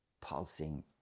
pulsing